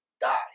die